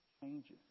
changes